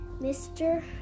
Mr